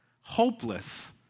hopeless